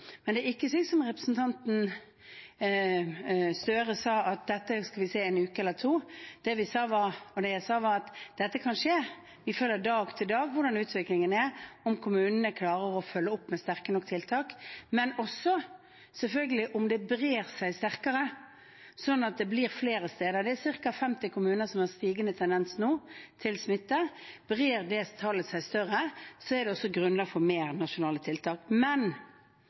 Det er ikke slik som representanten Gahr Støre sa, at dette skal vi se an om en uke eller to. Det jeg sa, var at dette kan skje. Vi følger dag for dag hvordan utviklingen er, om kommunene klarer å følge opp med sterke nok tiltak, men selvfølgelig også om det brer seg mer, slik at det blir flere steder. Det er ca. 50 kommuner som har en stigende smittetendens nå. Blir det tallet større, er det også grunnlag for mer nasjonale tiltak. Men